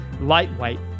lightweight